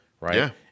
right